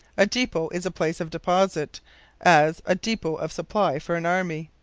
a depot is a place of deposit as, a depot of supply for an army.